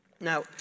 Now